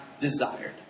desired